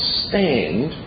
stand